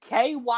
KY